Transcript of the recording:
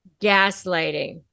gaslighting